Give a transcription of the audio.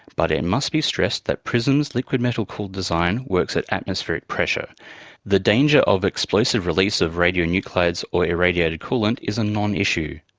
but it must be stressed that prism's liquid metal-cooled design works at atmospheric pressure the danger of explosive release of radionuclides or irradiated coolant is a non-issue.